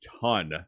ton